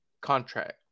contract